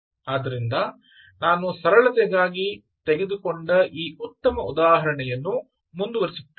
ಆದ್ದರಿಂದ ನಾನು ಸರಳತೆಗಾಗಿ ತೆಗೆದುಕೊಂಡ ಈ ಉತ್ತಮ ಉದಾಹರಣೆಯನ್ನು ಮುಂದುವರಿಸುತ್ತೇನೆ